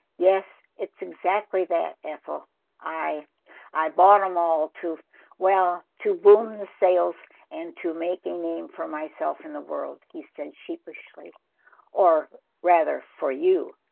yes, it's exactly that ethel i i bought them all too well to wound the sales and to make a name for myself in the world he said sheepishly or rather for you,